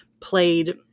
played